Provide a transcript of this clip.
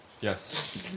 Yes